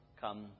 come